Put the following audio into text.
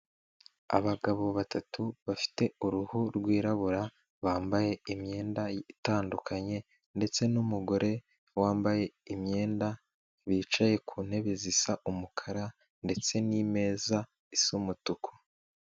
Abagabo batatu bafite uruhu rwirabura bambaye imyenda itandukanye ndetse n'umugore wambaye imyenda, bicaye ku ntebe zisa umukara ndetse n'imeza isa umutuku.